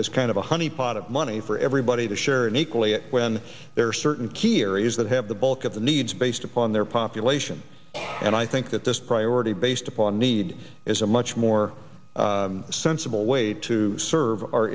as kind of a honey pot of money for everybody to share in equally when there are certain key areas that have the bulk of the needs based upon their population and i think that this priority based upon need is a much more sensible way to serve o